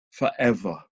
forever